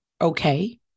okay